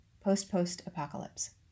Post-Post-Apocalypse